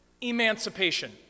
emancipation